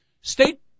state